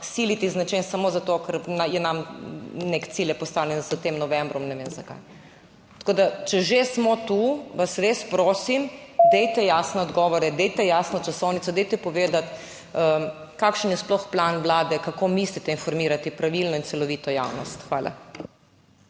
siliti z nečim samo zato, ker je nam nek cilj, je postavljen s tem novembrom, ne vem zakaj. Tako da, če že smo tu, vas res prosim, dajte jasne odgovore, dajte jasno časovnico, dajte povedati kakšen je sploh plan vlade, kako mislite informirati pravilno in celovito javnost? Hvala.